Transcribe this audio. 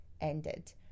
ended